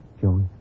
Joey